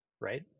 right